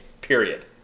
Period